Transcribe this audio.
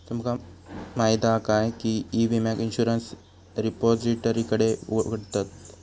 तुमका माहीत हा काय की ई विम्याक इंश्युरंस रिपोजिटरीकडे उघडतत